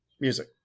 Music